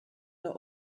der